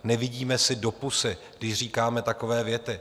Nevidíme si do pusy, když říkáme takové věty.